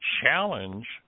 challenge